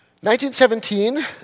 1917